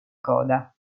coda